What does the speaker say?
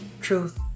truth